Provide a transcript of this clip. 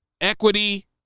equity